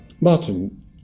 Martin